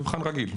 מבחן רגיל.